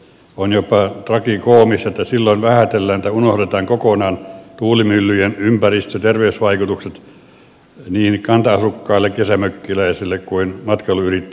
on jopa tragikoomista että silloin vähätellään tai unohdetaan kokonaan tuulimyllyjen ympäristö ja terveysvaikutukset niin kanta asukkaisiin kesämökkiläisiin kuin matkailuyrittäjiinkin